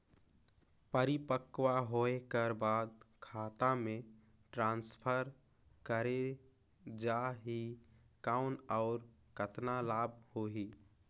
परिपक्व होय कर बाद खाता मे ट्रांसफर करे जा ही कौन और कतना लाभ होही?